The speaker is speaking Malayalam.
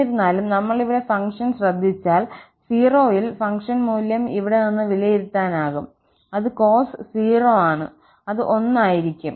എന്നിരുന്നാലും നമ്മൾ ഇവിടെ ഫംഗ്ഷൻ ശ്രദ്ധിച്ചാൽ 0 ൽ ഫംഗ്ഷൻ മൂല്യം ഇവിടെ നിന്ന് വിലയിരുത്താനാകും അത് cos 0 ആണ് അത് 1 ആയിരിക്കും